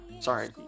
sorry